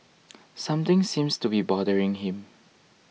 something seems to be bothering him